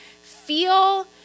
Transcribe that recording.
feel